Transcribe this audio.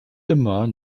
immer